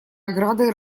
оградой